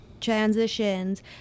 transitions